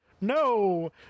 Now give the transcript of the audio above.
No